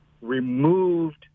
removed